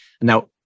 now